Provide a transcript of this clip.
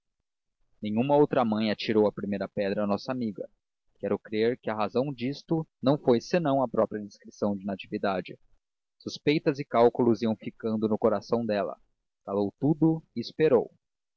nenhuma outra mãe atirou a primeira pedra à nossa amiga quero crer que a razão disto não foi senão a própria discrição de natividade suspeitas e cálculos iam ficando no coração dela calou tudo e esperou